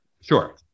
Sure